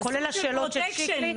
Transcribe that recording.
כולל השאלות של שיקלי.